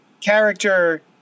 character